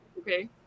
okay